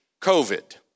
COVID